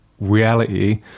reality